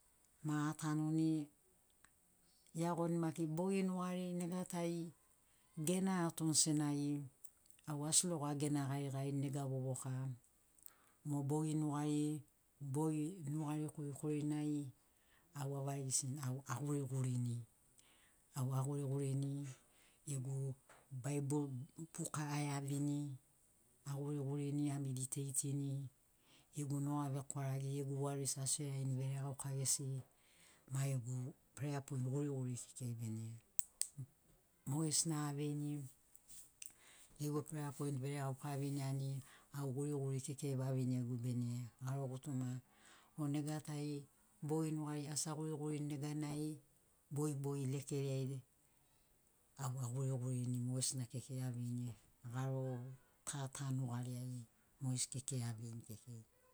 Ma atanuni iagoni maki bogi nugari nega tari gena atoni senagi au asi logo agena garigarini nega vovoka mo bogi nugari bogi nugari korikori nai au avarigisini agurigurini. Au agurigurini gegu bible buka a iavini, a gurigurini, a mediteitini, gegu nuga vekwaragi gegu waris a searini veregauka gesi ma gegu prayer point guriguri kekei bene. Mogesina aveini gegu prayer point veregauka aviniani au guriguri kekei vavinegu bene garo gutuma. O negatari bogi nugariai asi a gurigurini neganai bogibogi lekeriai au a gurigurini mogesina kekei aveini garo ta ta nugari ai mogesi kekei aveini kekei